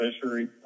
fishery